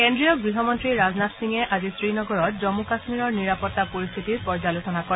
কেন্দ্ৰীয় গৃহমন্ত্ৰী ৰাজনাথ সিঙে আজি শ্ৰীনগৰত জন্মু কাশ্মীৰৰ নিৰাপত্তা পৰিস্থিতিৰ পৰ্যালোচনা কৰে